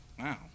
Wow